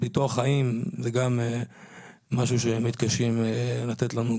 חיים מתקשים לתת לנו.